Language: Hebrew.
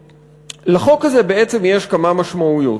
לחוק הזה בעצם יש כמה משמעויות.